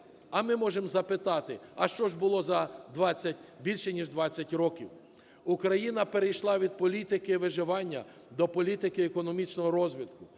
А ми можемо запитати: а що ж було за 20, більше ніж 20 років? Україна перейшла від політики виживання до політики економічного розвитку.